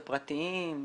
זה פרטיים,